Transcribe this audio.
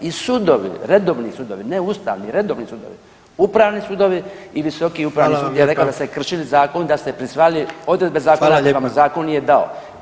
I sudovi, redovni sudovi, ne ustavni, redovni sudovi, upravni sudovi i visoki upravni sud [[Upadica: Hvala vam lijepa]] je rekao da ste kršili zakon, da ste prisvajali odredbe zakona…/Hvala lijepo/… … [[Govornik se ne razumije]] zakon nije dao.